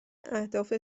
اهداف